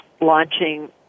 launching